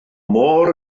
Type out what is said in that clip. môr